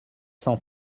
cent